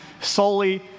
solely